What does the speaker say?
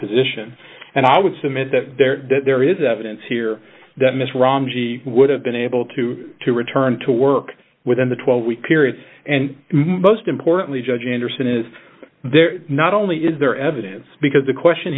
position and i would submit that there that there is evidence here that ms ramsey would have been able to return to work within the twelve week period and most importantly judge anderson is there not only is there evidence because the question